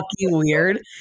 weird